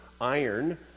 iron